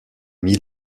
mis